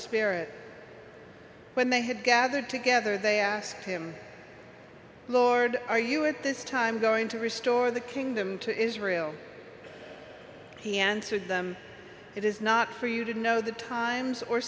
spirit when they had gathered together they asked him lord are you at this time going to restore the kingdom to israel he answered them it is not for you to know the times or